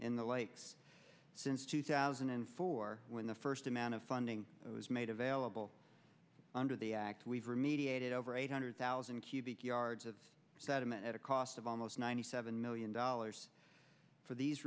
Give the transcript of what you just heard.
in the lakes since two thousand and four when the first amount of funding was made available under the act we've are mediated over eight hundred thousand cubic yards of sediment at a cost of almost ninety seven million dollars for these